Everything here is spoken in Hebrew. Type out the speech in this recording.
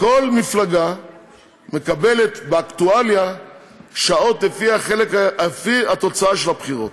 כל מפלגה מקבלת באקטואליה שעות לפי תוצאות הבחירות.